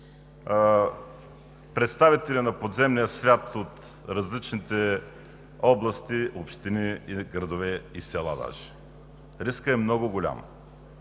представители на подземния свят от различните области, общини, градове и села даже. Рискът е много голям,